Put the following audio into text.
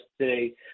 Today